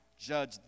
judge